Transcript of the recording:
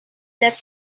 that